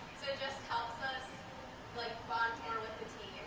just helps us like bond more with